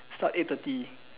start eight thirty